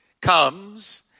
comes